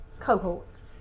cohorts